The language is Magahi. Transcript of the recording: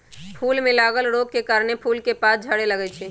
फूल में लागल रोग के कारणे फूल के पात झरे लगैए छइ